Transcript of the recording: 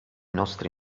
nostri